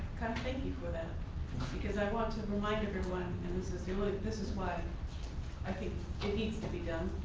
thank you for that because i want to remind everyone and this is the only like this is why i think it needs to be done,